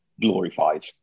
glorified